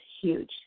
huge